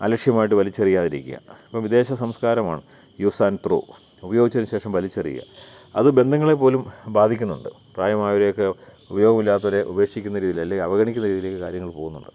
അലക്ഷ്യമായിട്ട് വലിച്ചെറിയാതിരിക്കുക ഇപ്പോൾ വിദേശ സംസ്കാരമാണ് യൂസ് ആൻ ത്രോ ഉപയോഗിച്ചതിനുശേഷം വലിച്ചെറിയുക അത് ബന്ധങ്ങളെപ്പോലും ബാധിക്കിന്നുണ്ട് പ്രായമായവരെയൊക്കെ ഉപയോഗമില്ലാത്തവരെ ഉപേക്ഷിക്കുന്ന രീതിയിൽ അല്ലെങ്കിൽ അവഗണിക്കുന്ന രീതിയിലേക്ക് കാര്യങ്ങൾ പോകുന്നുണ്ട്